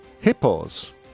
hippos